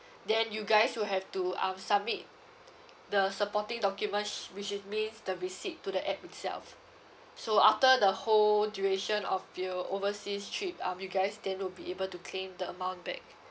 then you guys will have to um summit the supporting documents which is means the receipt to the app itself so after the whole duration of your overseas trip um you guys then will be able to claim the amount back